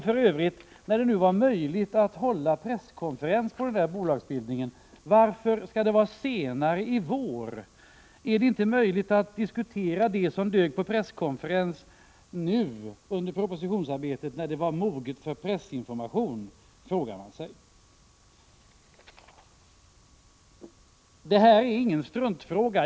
För övrigt: När det nu var möjligt att hålla en presskonferens om denna bolagsbildning, varför skall det vara senare i vår? Är det inte möjligt att nu diskutera det som dög på presskonferensen och då var moget för pressinformation, frågar man sig. Det här är ingen struntfråga.